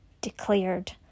declared